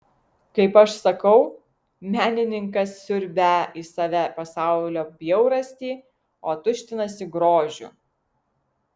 kaip aš sakau menininkas siurbią į save pasaulio bjaurastį o tuštinasi grožiu